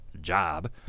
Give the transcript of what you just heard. job